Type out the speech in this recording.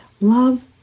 Love